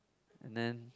and then